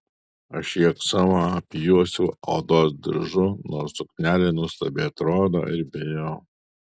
aš šį aksomą apjuosiau odos diržu nors suknelė nuostabiai atrodo ir be jo